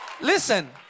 Listen